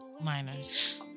minors